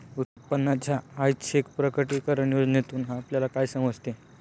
उत्पन्नाच्या ऐच्छिक प्रकटीकरण योजनेतून आपल्याला काय समजते?